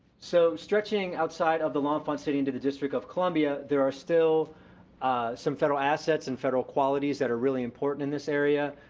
so, stretching outside of the l'enfant city into the district of columbia, there are still some federal assets and federal qualities that are really important in this area,